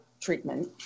treatment